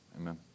amen